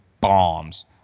bombs